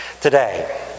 today